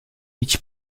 idź